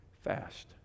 fast